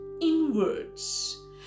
inwards